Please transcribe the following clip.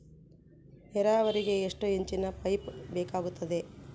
ನೇರಾವರಿಗೆ ಎಷ್ಟು ಇಂಚಿನ ಪೈಪ್ ಬೇಕಾಗುತ್ತದೆ?